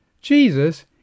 Jesus